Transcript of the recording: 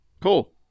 Cool